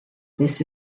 this